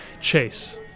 Chase